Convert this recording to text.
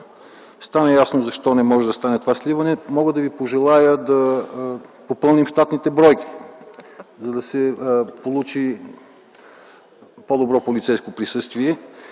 Стана ясно защо не може да стане това сливане. Мога да Ви пожелая да попълним щатните бройки, за да се получи по-добро полицейско присъствие.